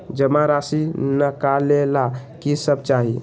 जमा राशि नकालेला कि सब चाहि?